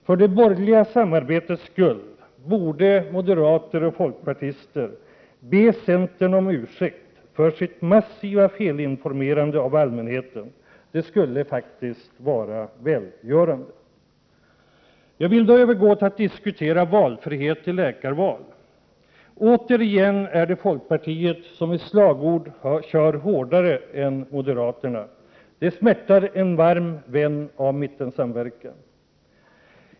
För det borgerliga samarbetets skull borde moderater och folkpartister be centern om ursäkt för sitt massiva felinformerande av allmänheten. Det skulle faktiskt vara välgörande. Jag vill då övergå till att diskutera valfrihet i läkarval. Återigen är det folkpartiet som i slagord kör hårdare än moderaterna. Det smärtar en varm vän av mittensamverkan.